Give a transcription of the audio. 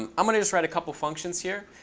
um i'm going to just write a couple of functions here.